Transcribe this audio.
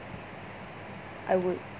I would